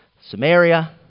Samaria